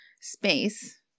space